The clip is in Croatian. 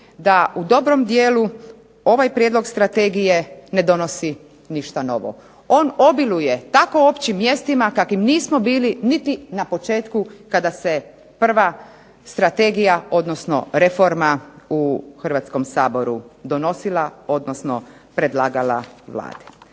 da u dobrom dijelu ovaj prijedlog strategije ne donosi ništa novo. On obiluje tako općim mjestima kakvim nismo bili niti na početku kada se prva strategija, odnosno reforma u Hrvatskom saboru donosila, odnosno predlagala Vladi.